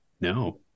No